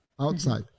outside